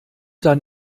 dann